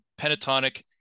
pentatonic